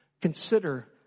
consider